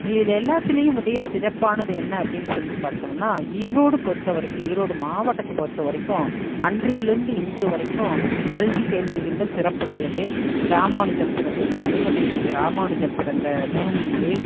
இதில் எல்லாதிலையும் விடைய சிறப்பானது என்ன அப்படீன்னு சொல்லி பார்த்தோம்னா ஈரோடு பொருத்தவரைக்கும் ஈரோடு மாவட்டத்தை பொருத்தவரைக்கும் அன்றைலிருந்து இன்று வரைக்கும் கல்வி கேள்விகளில் சிறப்புடையது ராமானுஜம் பிறந்தது கனித மேதை ராமானுஜம் பிறந்த பூமி இது